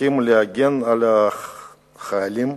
צריכים להגן על החיילים,